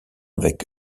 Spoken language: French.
avec